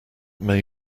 may